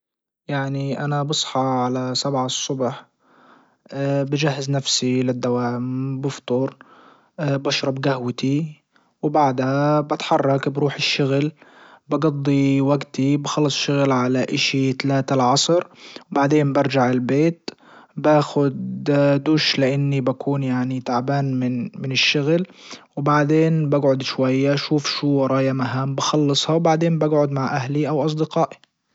يعني انا بصحى على سبعة الصبح بجهز نفسي للدوام بفطر بشرب جهوتي وبعدها بتحرك بروح الشغل بجضي وجتي بخلص شغل على اشي تلاتة العصر بعدين برجع البيت باخد دوش لاني بكون يعني تعبان من من الشغل. و بعدين بجعد شوية اشوف شو وراي مهام بخلصها وبعدين بجعد مع اهلي او اصدقائي.